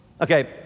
Okay